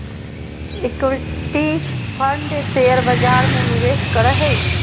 equity fund share बजार में निवेश करो हइ